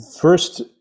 first